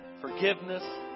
forgiveness